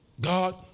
God